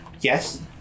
yes